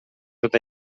tot